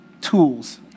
tools